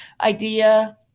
idea